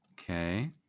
okay